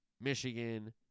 Michigan